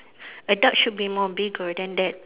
a duck should be more bigger than that